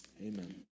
amen